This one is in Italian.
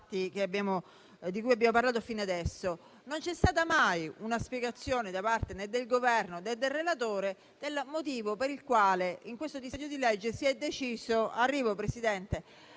Non c'è stata mai una spiegazione, né da parte del Governo né del relatore, del motivo per il quale, in questo disegno di legge, si è deciso di eliminare